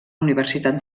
universitat